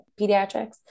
pediatrics